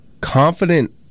confident